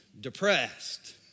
depressed